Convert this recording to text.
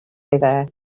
there